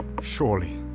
Surely